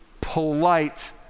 polite